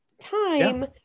time